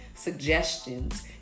Suggestions